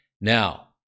now